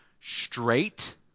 straight